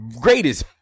greatest